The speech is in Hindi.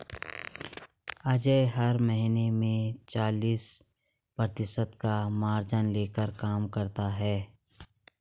अजय हर महीने में चालीस प्रतिशत का मार्जिन लेकर काम करता है